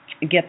get